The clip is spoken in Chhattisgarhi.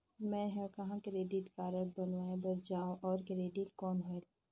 मैं ह कहाँ क्रेडिट कारड बनवाय बार जाओ? और क्रेडिट कौन होएल??